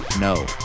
No